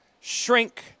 shrink